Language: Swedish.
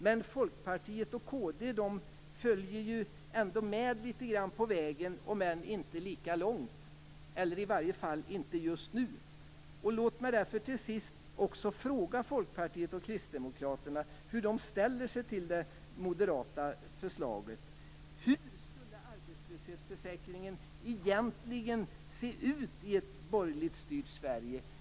Men Folkpartiet och Kristdemokraterna följer ändå med litet grand på vägen om än inte lika långt, eller i varje fall inte just nu. Låt mig därför till sist fråga Folkpartiet och Kristdemokraterna hur de ställer sig till det moderata förslaget. Hur skulle arbetslöshetsförsäkringen egentligen se ut i ett borgerligt styrt Sverige?